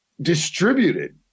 distributed